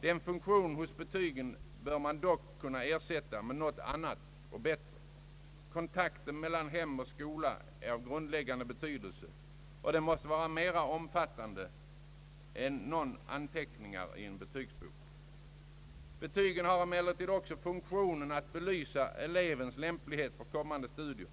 Den funktionen hos betygen bör man dock kunna ersätta med något annat och bättre. Kontakten mellan hem och skola är av grundläggande betydelse, och den borde vara mer omfattande än några anteckningar i en betygsbok. Betygen har emellertid också funktionen att belysa elevens lämplighet för kommande studier.